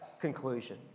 conclusion